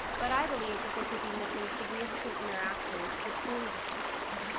but i believe that they could be missing significant interactions between the disorders.